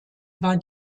war